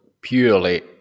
purely